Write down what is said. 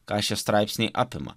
ką šie straipsniai apima